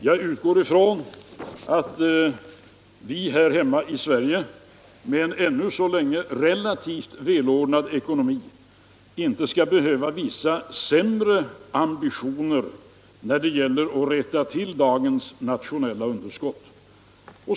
Jag utgår från att vi här hemma i Sverige, med en ännu så länge relativt välordnad ekonomi, inte skall behöva visa sämre ambitioner när det gäller att rätta till dagens nationella underskott.